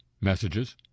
messages